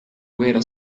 guhera